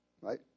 Right